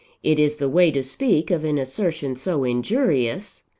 it is the way to speak of an assertion so injurious.